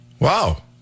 Wow